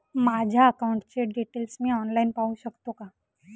माझ्या अकाउंटचे डिटेल्स मी ऑनलाईन पाहू शकतो का?